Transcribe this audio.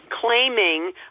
claiming